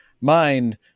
mind